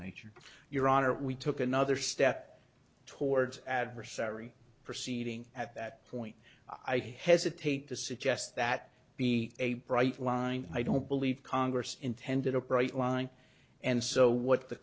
nature your honor we took another step towards adversary proceeding at that point i hesitate to suggest that be a bright line i don't believe congress intended a bright line and so what the